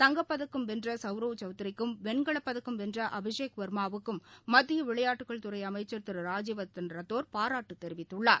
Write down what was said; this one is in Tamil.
தங்கப்பதக்கம் வென்ற சௌரவ் சௌத்திரிக்கும் வெண்கலப்பதக்கம் வென்ற அபிஷேக் வர்மாவுக்கும் மத்திய விளையாட்டுக்கள் துறை அமைச்சர் திரு ராஜ்யவர்த்ன ரத்தோர் பாராட்டு தெரிவித்துள்ளார்